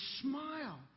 smile